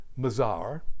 Mazar